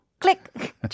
Click